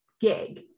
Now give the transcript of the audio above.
gig